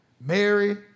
Mary